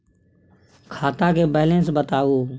खाता के बैलेंस बताबू?